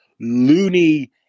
loony